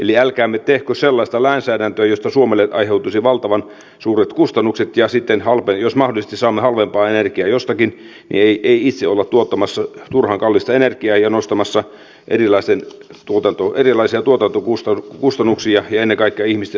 eli älkäämme tehkö sellaista lainsäädäntöä josta suomelle aiheutuisi valtavan suuret kustannukset ja sitten jos mahdollisesti saamme halvempaa energiaa jostakin niin ei itse olla tuottamassa turhan kallista energiaa ja olla nostamassa erilaisia tuotantokustannuksia ja ennen kaikkea ihmisten asumiskustannuksia